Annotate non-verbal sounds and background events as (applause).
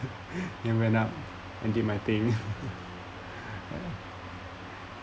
(laughs) you went up I did my thing (laughs)